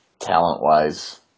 talent-wise